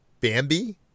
Bambi